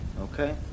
Okay